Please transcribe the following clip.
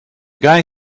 guy